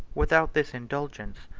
without this indulgence,